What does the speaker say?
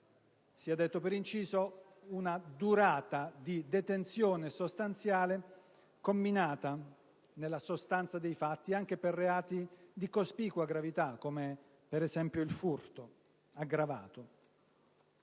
si tratta di una durata di detenzione sostanziale comminata, nella sostanza dei fatti, anche per reati di cospicua gravità, come ad esempio il furto aggravato)